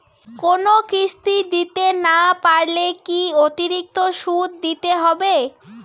কোনো কিস্তি দিতে না পারলে কি অতিরিক্ত সুদ দিতে হবে?